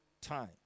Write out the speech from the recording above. time